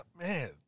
man